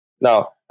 Now